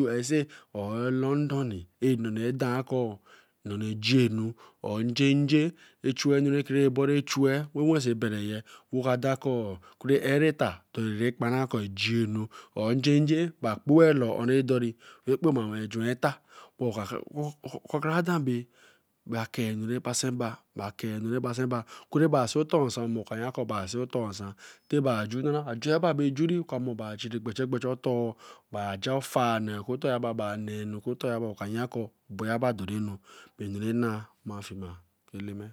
USA or LONDON ni enuna danker nneneji anu arnjenje chu anu ora rake chuey ra wenso bereye oka dan Ker Kure ereta doriyen kparan ke ji anu or njenje bar Kpoe loo dori ra Kpoma wen juan eta cwn ra Oka radan bey akei anu ra pasen bar kuri ba see otor nsan more ka yan Kor ba see otor nsan abe juri, eku eter ba, oka mere ba jar stor nee bar ja far nee ba, oka yan ko obayaba de renu, bae nu re nae eleme.